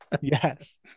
Yes